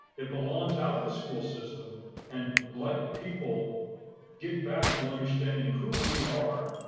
it belongs out of the school system and let people get back to understanding who we are,